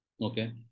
Okay